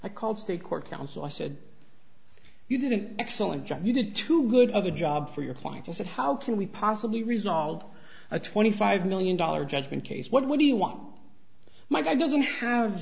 i called state court counsel i said you did an excellent job you did too good of a job for your client and said how can we possibly resolve a twenty five million dollars judgment case what do you want my doesn't have